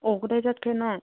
ꯑꯣ ꯀꯗꯥꯏ ꯆꯠꯄ꯭ꯔꯥ ꯅꯪ